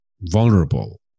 vulnerable